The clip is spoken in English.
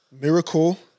Miracle